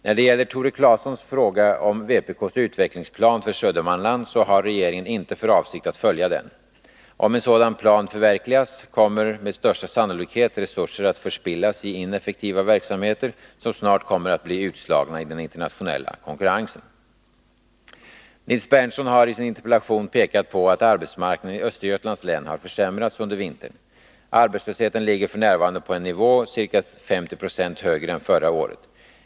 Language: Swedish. När det gäller Tore Claesons fråga om vpk:s utvecklingsplan för Södermanland har regeringen inte för avsikt att följa. Om en sådan plan förverkligas kommer med största sannolikhet resurser att förspillas i ineffektiva verksamheter, som snart kommer att bli utslagna i den internationella konkurrensen. Nils Berndtson har i sin interpellation pekat på att arbetsmarknaden i Östergötlands län har försämrats under vintern. Arbetslösheten ligger f. n. på en nivå som är ca 50 96 högre än förra året.